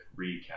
recap